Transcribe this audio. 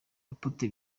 apôtre